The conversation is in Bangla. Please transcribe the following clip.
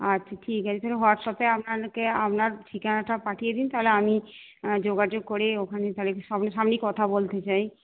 আচ্ছা ঠিক আছে তাহলে হোয়াটসঅ্যাপে আপনাকে আপনার ঠিকানাটা পাঠিয়ে দিন তাহলে আমি যোগাযোগ করে ওখানে তাহলে সামনা সামনি কথা বলতে চাই